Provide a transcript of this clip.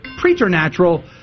preternatural